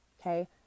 Okay